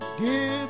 Give